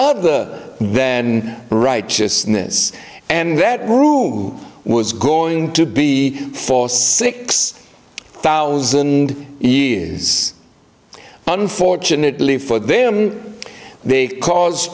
other then righteousness and that room was going to be for six thousand years unfortunately for them they cause